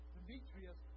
Demetrius